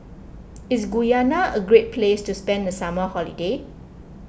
is Guyana a great place to spend the summer holiday